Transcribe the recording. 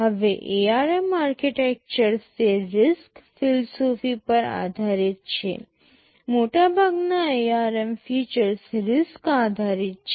હવે ARM architectures તે RISC philosophy પર આધારિત છે મોટાભાગના ARM ફીચર્સ RISC આધારિત છે